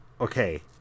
okay